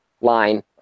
line